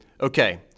okay